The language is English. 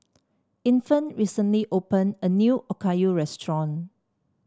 Infant recently opened a new Okayu restaurant